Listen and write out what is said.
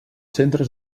centres